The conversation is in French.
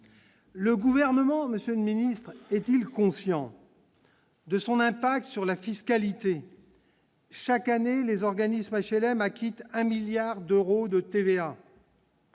le gouvernement Monsieur le ministre est-il conscient. De son impact sur la fiscalité, chaque année, les organismes HLM acquitte un 1000000000 d'euros de TVA.